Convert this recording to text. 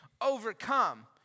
overcome